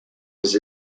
his